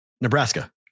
Nebraska